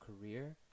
career